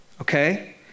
okay